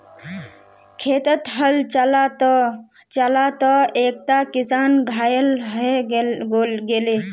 खेतत हल चला त चला त एकता किसान घायल हय गेले